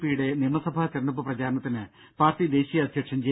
പിയുടെ നിയമസഭാ തെരഞ്ഞെടുപ്പ് പ്രചാരണത്തിന് പാർട്ടി ദേശീയ അധ്യക്ഷൻ ജെ